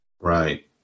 Right